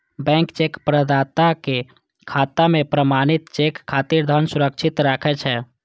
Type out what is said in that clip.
bank cheque प्रदाताक खाता मे प्रमाणित चेक खातिर धन सुरक्षित राखै छै